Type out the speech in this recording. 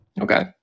Okay